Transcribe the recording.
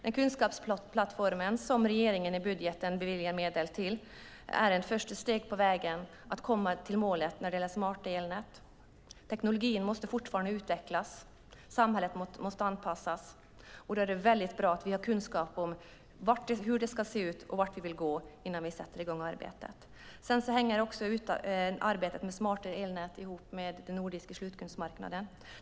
Den kunskapsplattform som regeringen i budgeten beviljar medel till är ett första steg på vägen att komma till målet när det gäller smarta elnät. Teknologin måste fortfarande utvecklas. Samhället måste anpassas. Då är det bra att vi har kunskap om hur det ska se ut och vart vi vill gå innan vi sätter i gång arbetet. Arbetet med smarta elnät hänger också ihop med den nordiska slutkundsmarknaden.